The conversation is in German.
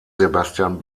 sebastian